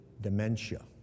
dementia